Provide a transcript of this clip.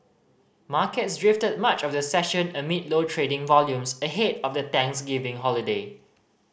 markets drifted much of the session amid low trading volumes ahead of the Thanksgiving holiday